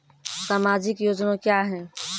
समाजिक योजना क्या हैं?